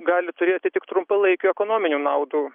gali turėti tik trumpalaikių ekonominių naudų